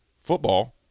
football